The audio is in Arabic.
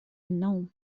النوم